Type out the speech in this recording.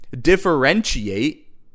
differentiate